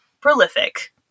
prolific